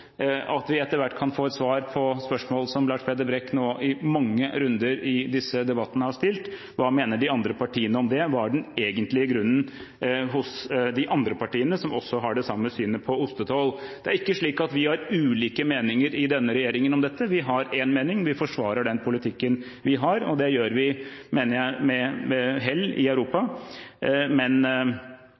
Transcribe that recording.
at vi etter hvert kan få et svar på spørsmål som Lars Peder Brekk nå i mange runder i disse debattene har stilt: Hva mener de andre partiene om det? Hva er den egentlige grunnen hos de andre partiene som også har det samme synet på ostetoll? Det er ikke slik at vi har ulike meninger i denne regjeringen om dette. Vi har én mening, vi forsvarer den politikken vi har. Det gjør vi, mener jeg, med hell i Europa, men